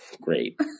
Great